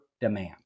demand